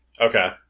Okay